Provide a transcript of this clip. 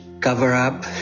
cover-up